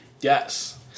Yes